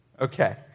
Okay